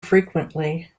frequently